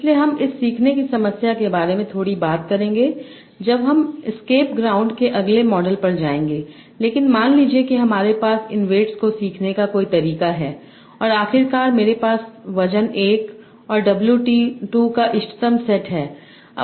इसलिए हम इस सीखने की समस्या के बारे में थोड़ी बात करेंगे जब हम एस्केप ग्राउंड के अगले मॉडल पर जाएंगे लेकिन मान लीजिए कि हमारे पास इन वेट्स को सीखने का कोई तरीका है और आखिरकार मेरे पास वजन 1 और W 2 का इष्टतम सेट है